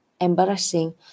embarrassing